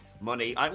Money